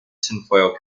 tinfoil